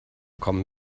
kommen